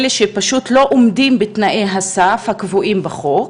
אלה שפשוט לא עומדות בתנאי הסף הקבועים בחוק,